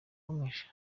wamwishe